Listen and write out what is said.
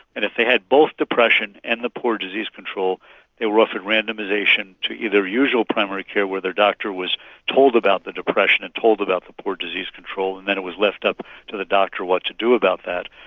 and if they had both depression and the poor disease control they were offered randomisation to either usual primary care where the doctor was told about the depression and told about the poor disease control, and then it was left up to the doctor what to do about that.